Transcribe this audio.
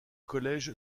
collège